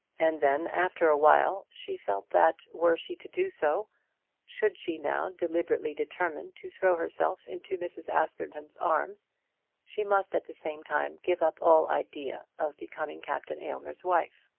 and then, after a while, she felt that were she to do so should she now deliberately determine to throw herself into mrs. askerton's arms she must at the same time give up all idea of becoming captain aylmer's wife.